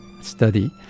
study